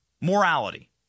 morality